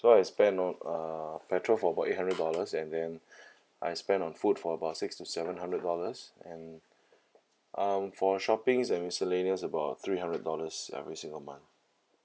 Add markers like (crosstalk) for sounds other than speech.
so I spend on uh petrol for about eight hundred dollars and then (breath) I spend on food for about six to seven hundred dollars and um for shoppings and miscellaneous about three hundred dollars every single month